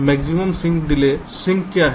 maximum sync delay sync क्या है